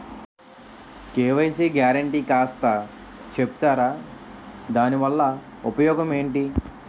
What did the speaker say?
KYC guarantee కాస్త చెప్తారాదాని వల్ల ఉపయోగం ఎంటి?